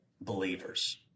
believers